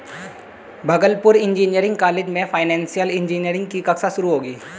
Bhagalpur engineering college में financial engineering की कक्षा शुरू होगी